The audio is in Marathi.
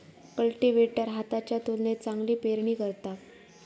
कल्टीवेटर हाताच्या तुलनेत चांगली पेरणी करता